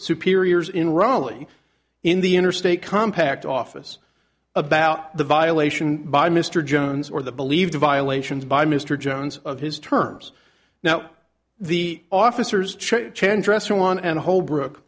superiors in raleigh in the interstate compact office about the violation by mr jones or the believed violations by mr jones of his terms now the officers treat chandra's one and holbrook